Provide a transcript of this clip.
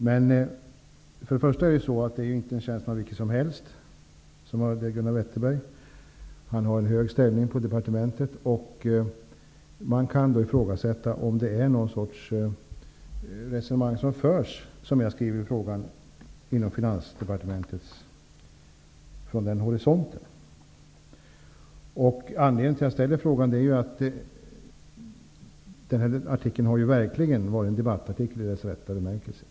Men det är inte fråga om vilken tjänsteman som helst. Gunnar Wetterberg har en hög ställning på departementet. Man kan ifrågasätta om detta är resonemang som förs inom Finansdepartementet. Anledningen till att jag ställde frågan var att denna artikel verkligen har varit en debattartikel i ordets rätta bemärkelse.